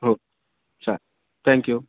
हो चालेल थँक्यू